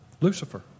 Lucifer